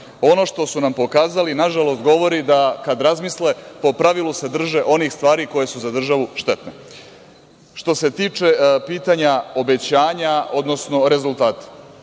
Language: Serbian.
što su nam pokazali, nažalost, govori da kada razmisle, po pravilu se drže onih stvari koje su za državu štetne. Što se tiče pitanja obećanja, odnosno rezultata,